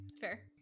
Fair